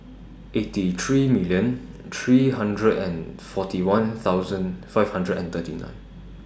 eighty three million three hundred and forty one thousand five hundred and thirty nine